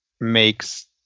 makes